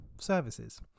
services